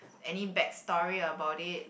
any back story about it